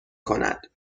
کند